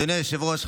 אדוני היושב-ראש,